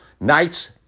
nights